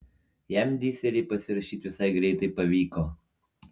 jam diserį pasirašyt visai greitai pavyko